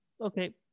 Okay